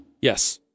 Yes